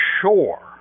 sure